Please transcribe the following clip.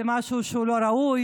שזה משהו שהוא לא ראוי,